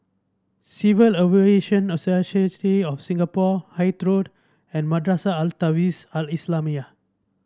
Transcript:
Civil Aviation Authority of Singapore Hythe Road and Madrasah Al Tahzibiah Al Islamiah